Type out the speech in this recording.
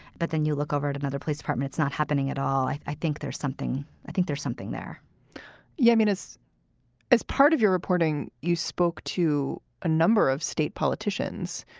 but then you look over at another police department, it's not happening at all. i i think there's something i think there's something there yeah i mean, it's as part of your reporting, you spoke to a number of state politicians,